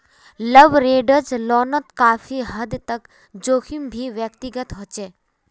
leveraged लोनोत काफी हद तक जोखिम भी व्यक्तिगत होचे